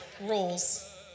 Rules